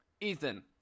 Ethan